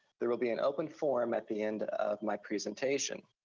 there will be an open forum at the end of my presentation.